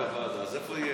בוודאי בוועדה, אז איפה יהיה?